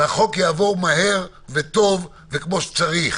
והחוק יעבור מהר וטוב וכמו שצריך